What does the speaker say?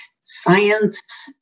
science